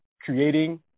creating